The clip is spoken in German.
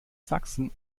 sachsen